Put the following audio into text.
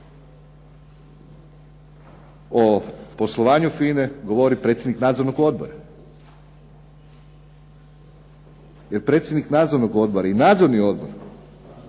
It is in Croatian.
o poslovanju FINA-e govori predsjednik nadzornog odbora jer predsjednik nadzornog odbora i nadzorni odbor